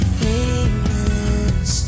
famous